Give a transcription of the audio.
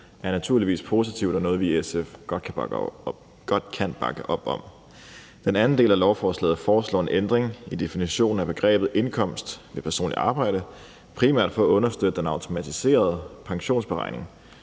er naturligvis positivt og noget, vi i SF godt kan bakke op om. Den anden del af lovforslaget foreslår en ændring i definitionen af begrebet indkomst ved personligt arbejde – primært for at understøtte den automatiserede pensionsberegning.